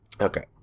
Okay